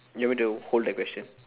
you want me to hold that question